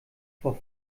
vor